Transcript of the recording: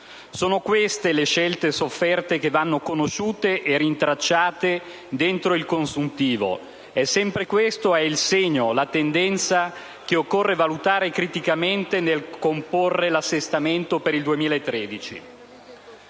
Sono queste le scelte sofferte che vanno conosciute e rintracciate dentro il consuntivo e sempre questo è il segno e la tendenza che occorre valutare criticamente nel comporre l'assestamento per il 2013.